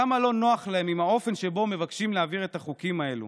כמה לא נוח להם עם האופן שבו מבקשים להעביר את החוקים האלו.